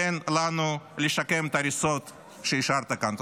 תן לנו לשקם את ההריסות שהשארת כאן.